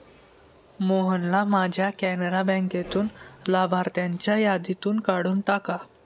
मोहनना माझ्या कॅनरा बँकेतून लाभार्थ्यांच्या यादीतून काढून टाका